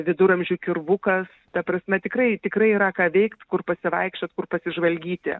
viduramžių kirvukas ta prasme tikrai tikrai yra ką veikt kur pasivaikščiot kur pasižvalgyti